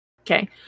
Okay